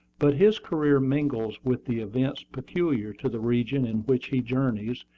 but his career mingles with the events peculiar to the region in which he journeys,